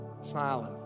smiling